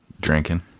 Drinking